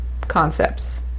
concepts